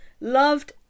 loved